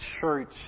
church